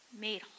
made